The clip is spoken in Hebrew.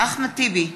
אחמד טיבי,